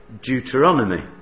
Deuteronomy